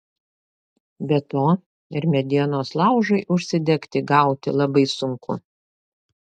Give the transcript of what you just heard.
be to ir medienos laužui užsidegti gauti labai sunku